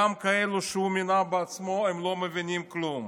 גם כאלה שהוא מינה בעצמו, הם לא מבינים כלום.